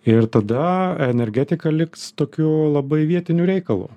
ir tada energetika liks tokiu labai vietiniu reikalu